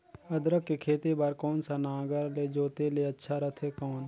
अदरक के खेती बार कोन सा नागर ले जोते ले अच्छा रथे कौन?